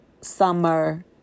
summer